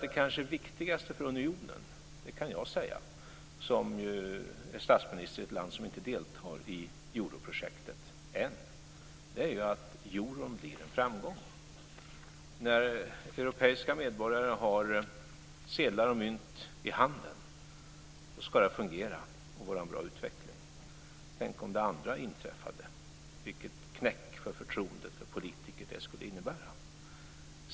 Det kanske viktigaste för unionen - det kan jag säga, som är statsminister i ett land som inte deltar i europrojektet än - är att euron blir en framgång. När europeiska medborgare har sedlar och mynt i handen ska det fungera, och det ska vara en bra utveckling. Tänk om det andra inträffade! Vilken knäck för förtroendet för politiker det skulle innebära.